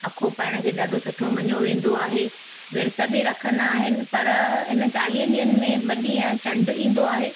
अखो पाइण खे ॾाढो सुठो मञो वेंदो आहे विर्त बि रखंदा आहिनि पर इन चालीहनि ॾींहंनि में ॿ ॾींहं चंड ईंदो आहे